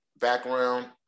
background